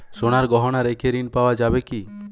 সোনার গহনা রেখে ঋণ পাওয়া যাবে কি?